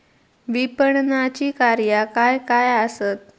विपणनाची कार्या काय काय आसत?